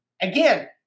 again